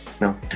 no